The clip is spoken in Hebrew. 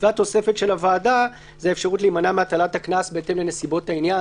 והתוספת של הוועדה זה אפשרות להימנע מהטלת הקנס בהתאם לנסיבות העניין,